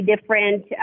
different